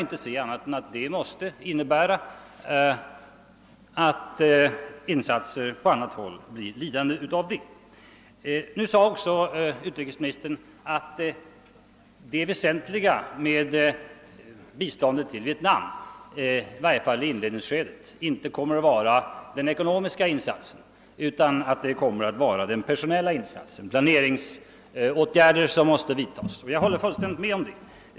Då måste det innebära att insatser på annat håll blir lidande därav. Utrikesministern sade att det väsentliga med biståndet till Vietnam, i varje fall i inledningsskedet, inte kommer att vara den ekonomiska utan den personella insatsen planeringsåtgärder måste vidtas. Jag håller fullständigt med om det.